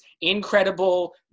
incredible